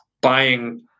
buying